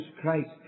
Christ